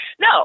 No